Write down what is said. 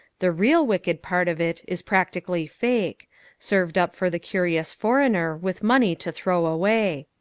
the real wicked part of it is practically fake served up for the curious foreigner with money to throw away.